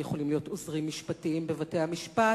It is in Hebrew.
הם יכולים להיות עוזרים משפטיים בבתי-המשפט,